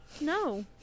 No